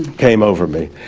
came over me.